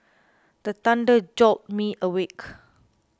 the thunder jolt me awake